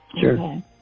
Sure